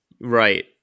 Right